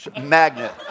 magnet